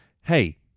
hey